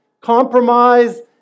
compromise